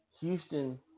Houston